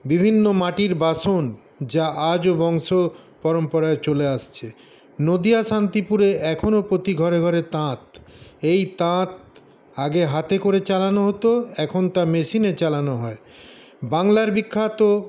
বিভিন্ন মাটির বাসন যা আজও বংশপরম্পরায় চলে আসছে নদিয়া শান্তিপুরে এখনও প্রতি ঘরে ঘরে তাঁত এই তাঁত আগে হাতে করে চালানো হত এখন তা মেশিনে চালানো হয় বাংলার বিখ্যাত